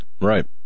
Right